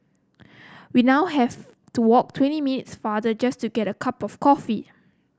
we now have to walk twenty minutes farther just to get a cup of coffee